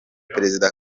perezida